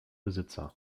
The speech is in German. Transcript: besitzer